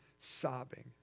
sobbing